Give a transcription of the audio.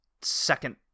second-